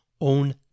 own